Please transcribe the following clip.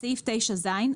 בסעיף 9ז,